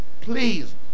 Please